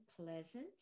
Pleasant